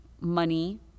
money